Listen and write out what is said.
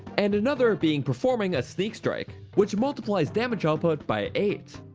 and another being performing a sneak strike which multiples damage output by eight.